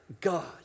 God